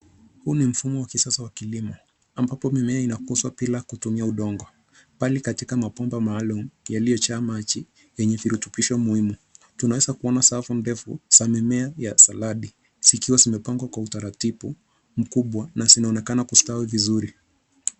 Huu ni mfumo wa kisasa wa kilimo ambapo mimea inakuzwa bila kutumia udongo. Bali katika mabomba maalum yaliyojaa maji yenye virutubisho muhimu. Tunaweza kuona safu ndefu za mimea ya saladi zikiwa zimepangwa kwa utaratibu mkubwa na zinaonekana zimestawi vizuri.